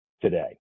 today